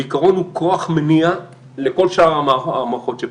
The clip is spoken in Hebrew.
בעיקרון הוא כוח מניע לכל שאר המוחות שפה.